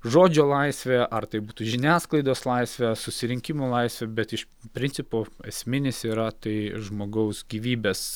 žodžio laisvė ar tai būtų žiniasklaidos laisvė susirinkimų laisvė bet iš principo esminis yra tai žmogaus gyvybės